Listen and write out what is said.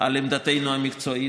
על עמדתנו המקצועית.